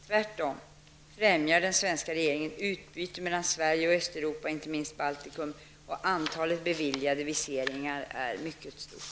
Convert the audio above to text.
Tvärtom främjar den svenska regeringen utbyte mellan Sverige och Östeuropa, inte minst Baltikum, och antalet beviljade viseringar är mycket stort.